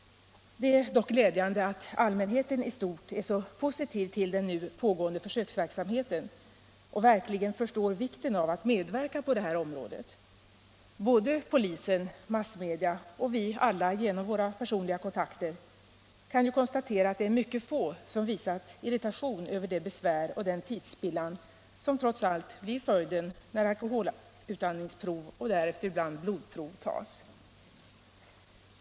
Det är dock glädjande att allmänheten i stort är så positiv till den nu pågående försöksverksamheten och verkligen förstår vikten av att medverka på det här området. Såväl polisen och massmedia som vi alla genom våra personliga kontakter kan ju konstatera att det är mycket få som visat irritation över det besvär och den tidsspillan, som trots allt blir följden när alkoholutandningsprov och därefter ibland blodprov tas.